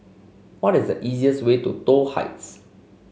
what is the easiest way to Toh Heights